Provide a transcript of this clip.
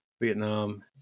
vietnam